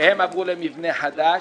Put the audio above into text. והם עברו למבנה חדש,